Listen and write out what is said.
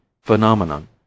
phenomenon